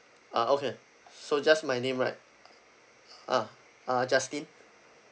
ah okay so just my name right ah ah justin